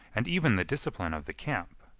and even the discipline of the camp,